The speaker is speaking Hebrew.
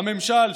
הממשל,